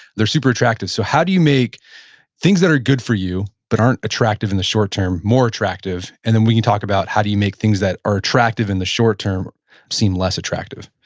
they're super attractive. so how do you make things that are good for you, but aren't attractive in the short term, more attractive? and then we can talk about how do you make things that are attractive in the short term seem less attractive?